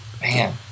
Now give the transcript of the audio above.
man